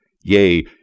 Yea